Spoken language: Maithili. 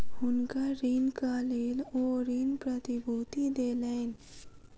हुनकर ऋणक लेल ओ ऋण प्रतिभूति देलैन